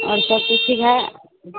और सबकुछ ठीक है